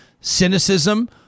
cynicism